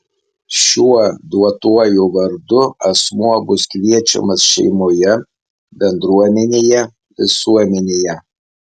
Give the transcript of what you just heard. šiuo duotuoju vardu asmuo bus kviečiamas šeimoje bendruomenėje visuomenėje